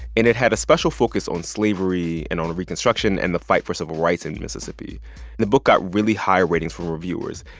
and it had a special focus on slavery and on reconstruction and the fight for civil rights in mississippi the book got really high ratings from reviewers.